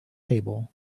table